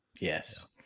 Yes